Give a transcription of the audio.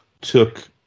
took